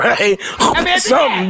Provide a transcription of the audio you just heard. Right